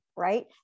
Right